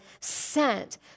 sent